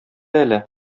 әле